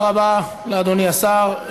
תודה רבה לאדוני השר.